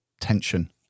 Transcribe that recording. tension